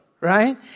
right